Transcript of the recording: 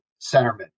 centerman